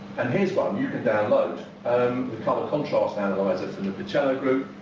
and here's one you can download. um the colour contrast analyzer from the paciello group.